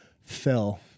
fell